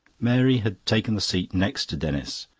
mary had taken the seat next to denis's.